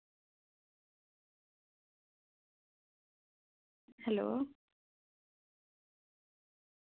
hello